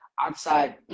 outside